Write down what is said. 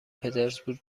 پترزبورگ